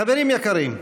חברים יקרים,